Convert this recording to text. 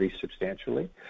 substantially